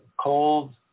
cold